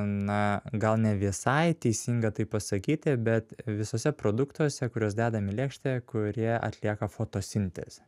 na gal ne visai teisinga tai pasakyti bet visuose produktuose kuriuos dedam į lėkštę kurie atlieka fotosintezę